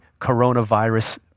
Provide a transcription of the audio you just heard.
coronavirus